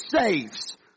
saves